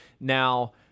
Now